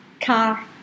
car